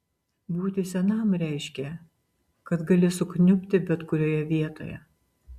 būti senam reiškė kad gali sukniubti bet kurioje vietoje